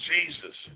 Jesus